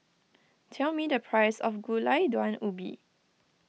tell me the price of Gulai Daun Ubi